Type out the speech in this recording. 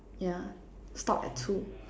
ya stop at two